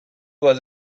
was